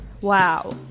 wow